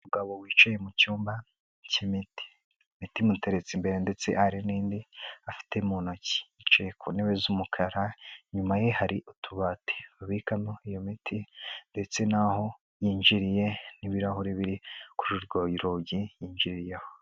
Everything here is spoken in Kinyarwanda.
Umugabo wicaye mu cyumba k'imiti. Imiti imuteretse imbere ndetse hari n'indi afite mu ntoki, yicaye ku ntebe z'umukara inyuma ye hari utubati babikamo iyo miti ndetse n'aho yinjiriye n'ibirahuri biri kuri rwa urugi yinjiriyeho.